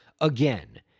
again